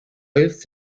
hits